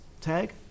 tag